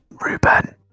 Ruben